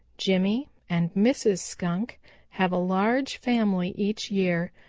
jimmy and mrs. skunk have a large family each year,